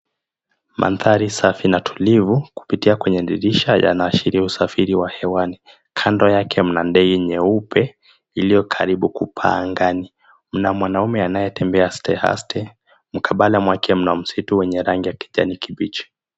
Mandhari safi na tulivu kupitia kwenye dirisha yanaashiria usafiri wa hewani. Kando yake mna ndege nyeupe iliyokaribu kupaa angani. Mna mwanaume anayetembea aste aste, mkabala mwake mna msitu wenye rangi ya kijani kibichi.